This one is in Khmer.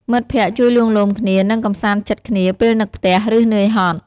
មិត្តភក្តិជួយលួងលោមគ្នា និងកម្សាន្តចិត្តគ្នាពេលនឹកផ្ទះ ឬនឿយហត់។